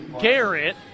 Garrett